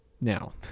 Now